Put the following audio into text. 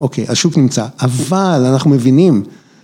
אוקיי, השוק נמצא, אבל אנחנו מבינים...